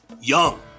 Young